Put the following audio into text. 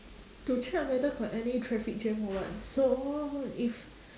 to check whether got any traffic jam or what so if